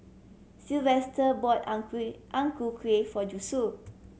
Sylvester bought ang kueh Ang Ku Kueh for Josue